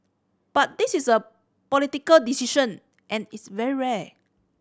but this is a political decision and it's very rare